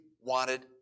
wanted